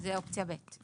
זו אופציה ב'.